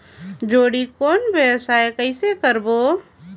जोणी कौन व्यवसाय कइसे करबो?